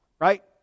Right